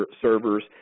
servers